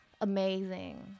amazing